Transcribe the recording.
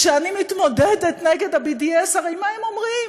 כשאני מתמודדת נגד ה-BDS, מה הם אומרים?